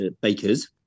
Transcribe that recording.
bakers